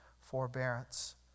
forbearance